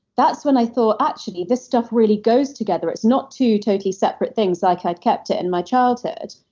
that's when i thought actually this stuff really goes together. it's not two totally separate things like i'd kept it in my childhood,